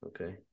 Okay